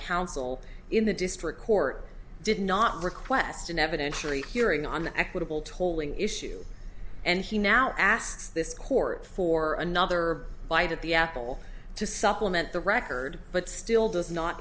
counsel in the district court did not request an evidentiary hearing on the equitable tolling issue and he now asks this court for another bite at the apple to supplement the record but still does not